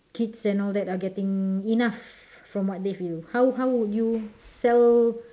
kids and all that are getting enough from what they feel how how would you sell